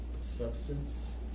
substance